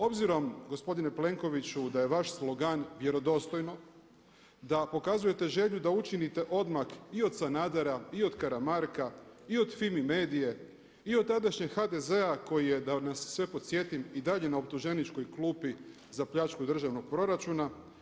Obzirom gospodine Plenkoviću da je vaš slogan „Vjerodostojno“, da pokazujete želju da učinite odmak i od Sanadera, i od Karamarka i od FIMI MEDIA-e, i od tadašnje HDZ-a koji je da nas sve podsjetim i dalje na optuženičkoj klupi za pljačku državnog proračuna.